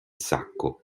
sacco